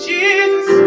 Jesus